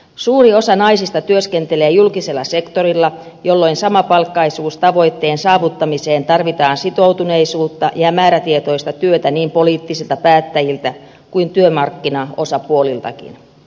suuri osa naisista työskentelee julkisella sektorilla jolloin samapalkkaisuustavoitteen saavuttamiseen tarvitaan sitoutuneisuutta ja määrätietoista työtä niin poliittisilta päättäjiltä kuin työmarkkinaosapuoliltakin